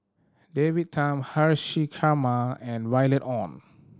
David Tham Haresh and Violet Oon